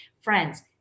Friends